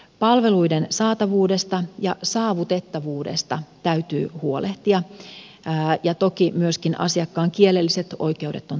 palveluiden saatavuudesta ja saavutettavuudesta täytyy huolehtia ja toki myöskin asiakkaan kielelliset oikeudet on turvattava